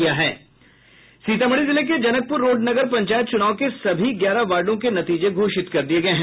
सीतामढ़ी जिले के जनकपुर रोड नगर पंचायत चुनाव के सभी ग्यारह वार्डो के नतीजे घोषित कर दिये गये हैं